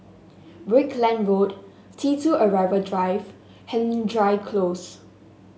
Brickland Road T two Arrival Drive Hendry Close